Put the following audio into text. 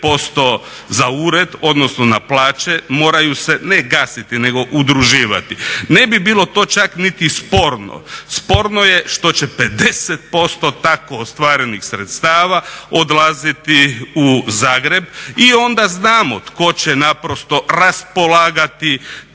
za ured odnosno na plaće moraju se ne gasiti nego udruživati. Ne bi bilo to čak niti sporno, sporno je što će 50% tako ostvarenih sredstava odlaziti u Zagreb i onda znamo tko će naprosto raspolagati